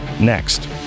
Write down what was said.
next